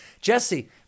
Jesse